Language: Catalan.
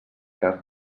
cas